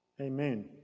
Amen